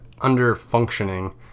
under-functioning